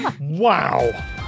Wow